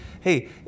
Hey